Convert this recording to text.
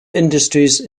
industries